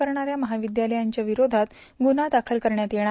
करणाऱ्या महाविद्यालयांच्या विरोधात गुव्हा दाखल करण्यात येणार